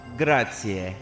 grazie